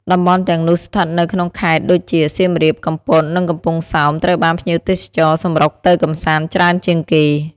តំបន់ទាំងនោះស្ថិតនៅក្នុងខេត្តដូចជា សៀមរាប កំពត និងកំពង់សោម ត្រូវបានភ្ញៀវទេសចរណ៍សម្រុកទៅកម្សាន្តច្រើនជាងគេ។